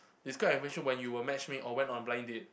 describe when you were matchmade or went on a blind date